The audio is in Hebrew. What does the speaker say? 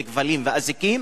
לכבלים ולאזיקים